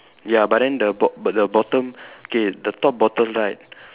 ya but then the bot the bottom okay the top bottom right